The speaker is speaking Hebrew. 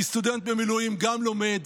כי סטודנט במילואים גם לומד,